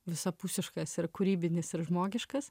visapusiškas ir kūrybinis ir žmogiškas